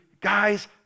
Guys